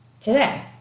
today